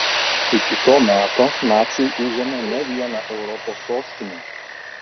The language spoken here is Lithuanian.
iki to meto naciai užėmė ne vieną europos sostinę